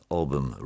album